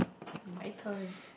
it's my turn